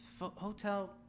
hotel